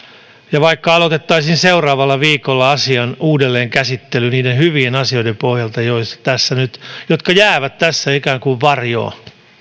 ja voitaisiin vaikka aloittaa seuraavalla viikolla asian uudelleen käsittely niiden hyvien asioiden pohjalta jotka jäävät tässä ikään kuin varjoon